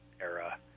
era